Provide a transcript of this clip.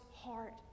heart